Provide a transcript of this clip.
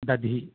दधि